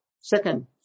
Second